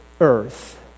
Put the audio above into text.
earth